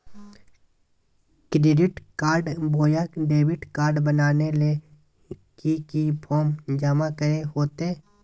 Credit card बोया debit card बनाने ले की की फॉर्म जमा करे होते?